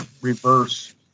reverse